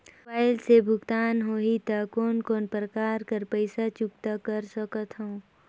Mobile से भुगतान होहि त कोन कोन प्रकार कर पईसा चुकता कर सकथव?